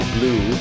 Blue